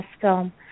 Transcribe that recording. film